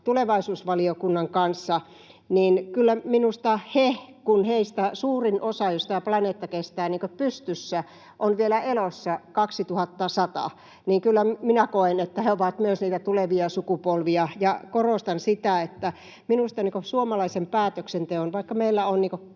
tulevaisuusvaliokunnan kanssa, niin kyllä minusta he — kun heistä suurin osa, jos tämä planeetta kestää pystyssä, on elossa vielä vuonna 2100 — ovat myös niitä tulevia sukupolvia. Ja korostan sitä, että minusta suomalaiseen päätöksentekoon — vaikka meillä on